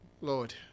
Lord